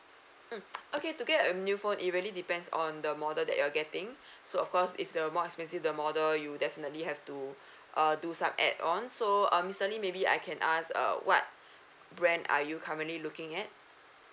mm okay to get a new phone it really depends on the model that you're getting so of course if the more expensive the model you definitely have to uh do some ad on so uh mister lee maybe I can ask uh what brand are you currently looking at